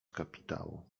kapitału